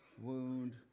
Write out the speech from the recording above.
wound